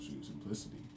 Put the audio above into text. simplicity